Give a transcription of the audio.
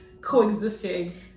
coexisting